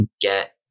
get